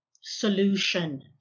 solution